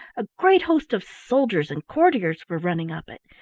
a great host of soldiers and courtiers were running up it.